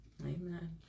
Amen